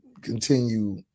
continue